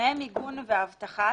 תנאי מיגון ואבטחה,